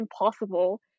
impossible